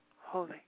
holy